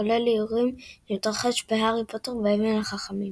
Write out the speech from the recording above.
כולל איורים שמתרחש ב"הארי פוטר ואבן החכמים"